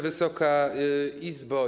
Wysoka Izbo!